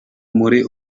muri